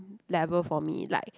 level for me like